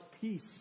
peace